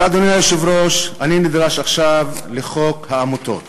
אדוני היושב-ראש, אני נדרש עכשיו לחוק העמותות.